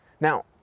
Now